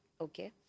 Okay